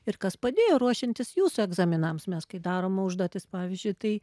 ir kas padėjo ruošiantis jūsų egzaminams mes kai darom užduotis pavyzdžiui tai